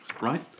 Right